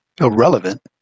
irrelevant